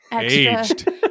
aged